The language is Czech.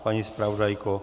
Paní zpravodajka?